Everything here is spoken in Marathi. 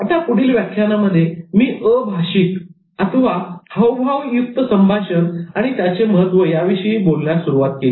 आता पुढील व्याख्यानामध्ये मी अभाशिकहावभाव युक्त संभाषण आणि त्याचे महत्त्व याविषयी बोलण्यास सुरुवात केली